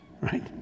right